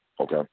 Okay